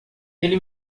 ele